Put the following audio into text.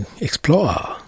explore